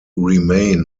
remain